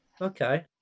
Okay